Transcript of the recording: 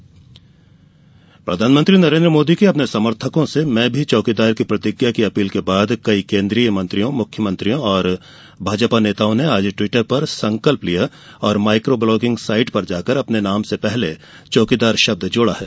मैं भी चौकीदार प्रधानमंत्री नरेन्द्र मोदी की अपने समर्थकों से मैं भी चौकीदार की प्रतिज्ञा की अपील के बाद कई केन्द्रीय मंत्रियों मुख्यमंत्रियों और भाजपा नेताओं ने आज ट्वीटर पर संकल्प लिया और माइको ब्लोगिंग साइट पर अपने नाम से पहले चौकीदार जोड़ा है